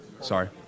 Sorry